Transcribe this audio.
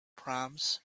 proms